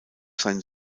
sein